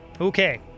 Okay